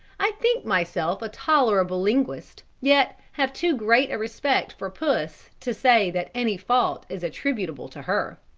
i think myself a tolerable linguist, yet have too great a respect for puss to say that any fault is attributable to her.